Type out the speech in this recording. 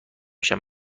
شوند